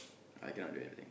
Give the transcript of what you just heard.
I cannot do everything